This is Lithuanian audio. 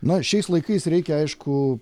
na šiais laikais reikia aišku